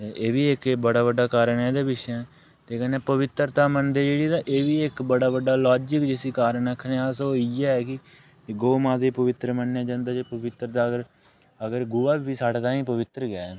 एह् बी इक एह् बड़ा बड्डा कारण ऐ एह्दे पिच्छें ते कन्नै पवित्रता मनदे जेह्ड़ी तां एह् बी इक बड़ा बड्डा लाजिक जिसी कारण आक्खने आं अस ओह् इ'यै कि गौ माता गी पावित्र मन्नेआ जंदा ऐ जे पवित्र दा अगर गोहा बी साढ़े ताईं पावित्र गै ऐ